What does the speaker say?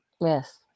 Yes